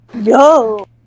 Yo